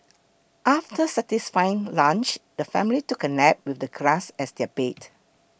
after satisfying lunch the family took a nap with the grass as their bed